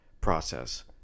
process